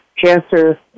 cancer